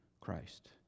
Christ